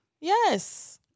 Yes